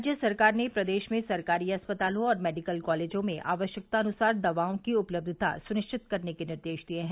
राज्य सरकार ने प्रदेश में सरकारी अस्पतालों और मेडिकल कॉलेजों में आवश्यकतानुसार दवाओं की उपलब्यता सुनिश्चित करने के निर्देश दिये हैं